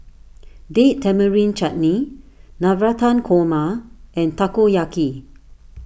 Date Tamarind Chutney Navratan Korma and Takoyaki